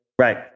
Right